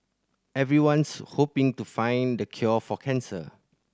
everyone's hoping to find the cure for cancer